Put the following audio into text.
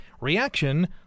reaction